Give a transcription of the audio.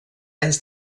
anys